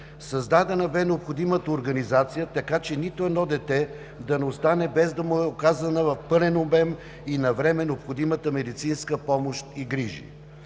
Създадена бе необходимата организация, така че нито едно дете да не остане, без да му е оказана в пълен обем и навреме необходимата медицинска помощ и грижи.